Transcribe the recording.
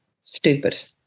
Stupid